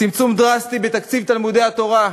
צמצום דרסטי בתקציב תלמודי-התורה,